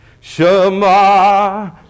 Shema